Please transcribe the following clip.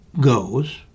goes